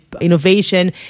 innovation